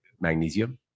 magnesium